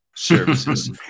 Services